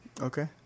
okay